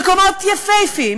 מקומות יפהפיים,